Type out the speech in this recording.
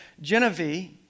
Genevieve